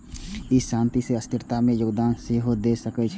ई शांति आ स्थिरता मे योगदान सेहो दए सकै छै